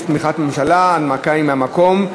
יש תמיכת ממשלה, וההנמקה היא מהמקום.